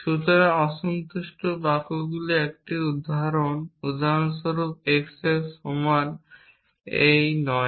সুতরাং অসন্তুষ্ট বাক্যগুলির একটি উদাহরণ উদাহরণস্বরূপ x এর সমান নয়